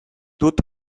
dut